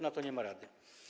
Na to nie ma rady.